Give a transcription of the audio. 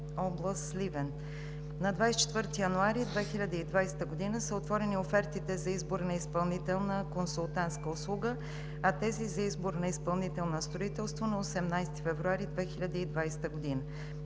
област Сливен.“ На 24 януари 2020 г. са отворени офертите за избор на изпълнител на консултантска услуга, а тези за избор на изпълнител на строителство – на 18 февруари 2020 г.